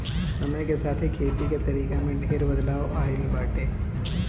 समय के साथे खेती के तरीका में ढेर बदलाव आइल बाटे